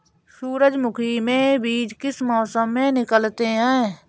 सूरजमुखी में बीज किस मौसम में निकलते हैं?